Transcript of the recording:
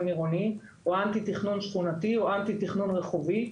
עירוני או אנטי תכנון שכונתי או אנטי תכנון רחובי.